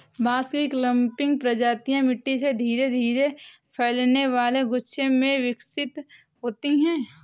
बांस की क्लंपिंग प्रजातियां मिट्टी से धीरे धीरे फैलने वाले गुच्छे में विकसित होती हैं